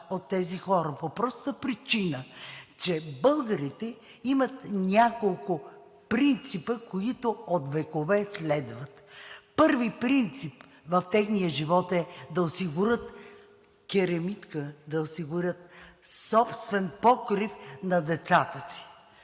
от тези хора по простата причина, че българите имат няколко принципа, които от векове следват. Първи принцип в техния живот е да осигурят керемидка, да осигурят собствен покрив на децата си.